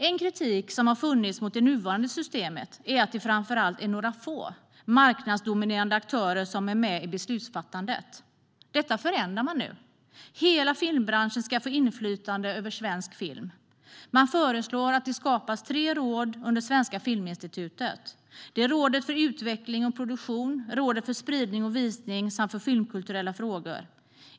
En kritik som har funnits mot det nuvarande systemet är att det framför allt är några få marknadsdominerande aktörer som är med i beslutsfattandet. Detta förändrar man nu. Hela filmbranschen ska få inflytande över svensk film. Man föreslår att det skapas tre råd under Svenska Filminstitutet. Det är Rådet för utveckling och produktion, Rådet för spridning och visning samt Rådet för filmkulturella frågor.